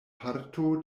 parto